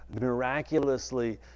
miraculously